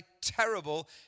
terrible